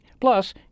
Plus